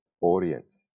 audience